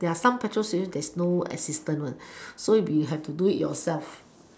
there are some petrol station there's no assistance one so you have to do it yourself